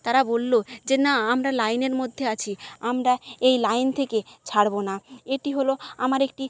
তারা বললো যে না আমরা লাইনের মধ্যে আছি আমরা এই লাইন থেকে ছাড়বো না এটি হলো আমার একটি